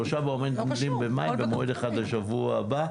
שלושה מועדים במאי ומועד אחד בשבוע הבא,